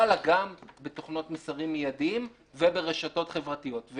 חלה גם בתוכנות מסרים מיידיים וברשתות חברתיות.